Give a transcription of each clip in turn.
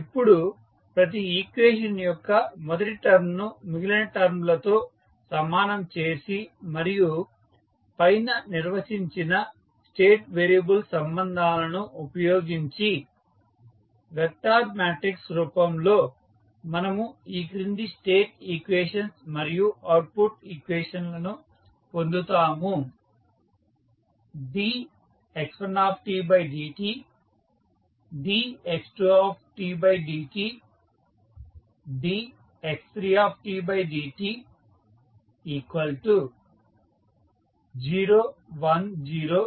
ఇప్పుడు ప్రతి ఈక్వేషన్ యొక్క మొదటి టర్మ్ ను మిగిలిన టర్మ్ లతో సమానం చేసి మరియు పైన నిర్వచించిన స్టేట్ వేరియబుల్ సంబంధాలను ఉపయోగించి వెక్టార్ మ్యాట్రిక్స్ రూపంలో మనము ఈ క్రింది స్టేట్ ఈక్వేషన్స్ మరియు అవుట్పుట్ ఈక్వేషన్స్ లను పొందుతాము dx1dt dx2dt dx3dt 0 1 0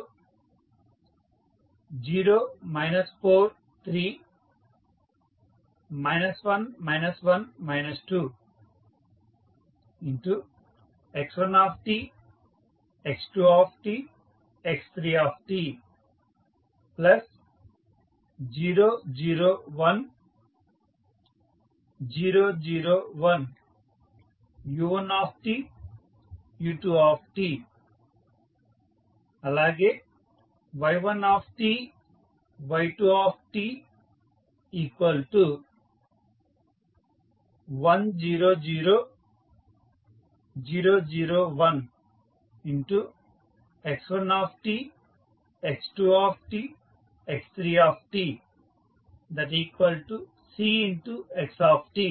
0 4 3 1 1 2 x1 x2 x3 0 0 1 0 0 1 u1 u2 y1 y2 1 0 0 0 0 1 x1 x2 x3 Cxt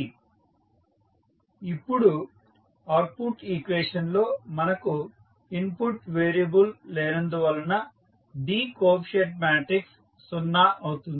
ఇప్పుడు అవుట్పుట్ ఈక్వేషన్ లో మనకు ఇన్పుట్ వేరియబుల్ లేనందున D కోఎఫీసియంట్ మ్యాట్రిక్స్ 0 అవుతుంది